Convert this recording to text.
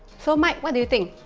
so mike, what do you think?